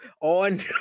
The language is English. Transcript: on